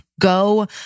Go